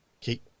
keep